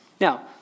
Now